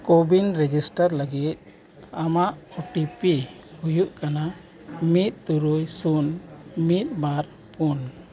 ᱠᱳᱵᱤᱱ register ᱞᱟᱹᱜᱤᱫ ᱟᱢᱟᱜ O T P ᱦᱩᱭᱩᱜ ᱠᱟᱱᱟ ᱢᱤᱫ ᱛᱩᱨᱩᱭ ᱥᱩᱱ ᱢᱤᱫ ᱵᱟᱨ ᱯᱩᱱ